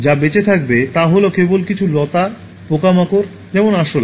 যা বেঁচে থাকবে তা হল কেবল কিছু লতা পোকামাকড় যেমন আরশোলা